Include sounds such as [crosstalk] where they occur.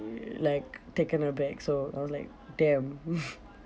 like taken aback so I was like damn [laughs]